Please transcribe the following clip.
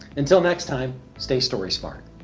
until next time, stay storysmart!